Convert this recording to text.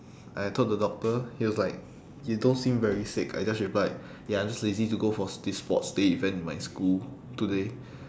I told the doctor he was like you don't seem very sick I just replied ya I just lazy to go for this sports day event in my school today